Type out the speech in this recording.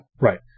Right